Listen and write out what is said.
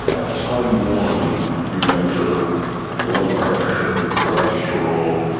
at time one you measure blood pressure, cholesterol,